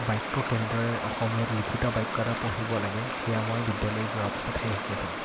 বাক্য কেনেদৰে অসমীয়াত লিখিত বাক্য এটা পঢ়িব লাগে সেয়া মই বিদ্যালয়ত যোৱাৰ পাছতহে শিকিছিলোঁ